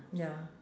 ya